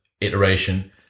iteration